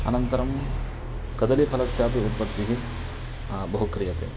अनन्तरं कदलीफलस्यापि उत्पत्तिः बहु क्रियते